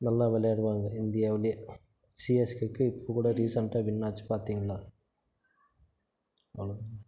நல்லா விளையாடுவாங்க இந்தியாவிலயே சிஎஸ்கேக்கு இப்போக்கூட ரீசெண்ட்டாக வின் ஆச்சு பார்த்திங்கன்னா அவ்வளோ தான்